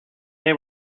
they